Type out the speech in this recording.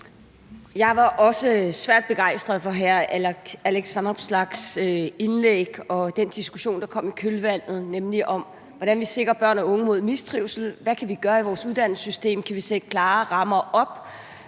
Jeg var også svært begejstret for hr. Alex Vanopslaghs indlæg og den diskussion, der kom i kølvandet, nemlig om, hvordan vi sikrer børn og unge mod mistrivsel. Hvad kan vi gøre i vores uddannelsessystem? Kan vi sætte klarere rammer op?